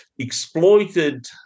exploited